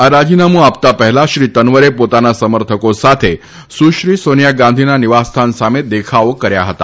આ રાજીનામું આપતા પહેલા શ્રી તનવરે પોતાના સમર્થકો સાથે સુશ્રી સોનિયા ગાંધીના નિવાસસ્થાન સામે દેખાવો કર્યા હતા